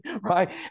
right